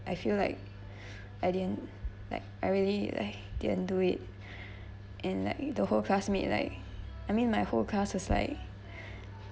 I feel like I didn't like I really like didn't do it and like the whole classmate like I mean my whole class is like